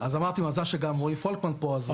אז אמרתי, מזל שגם רועי פולקמן פה.